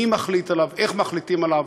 מי מחליט עליו, איך מחליטים עליו.